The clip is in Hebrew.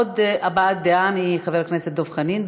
עוד הבעת דעה, לחבר הכנסת דב חנין.